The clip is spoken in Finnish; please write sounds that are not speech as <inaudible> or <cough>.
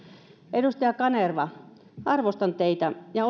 edustaja kanerva arvostan teitä ja <unintelligible>